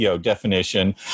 definition